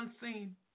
unseen